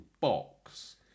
box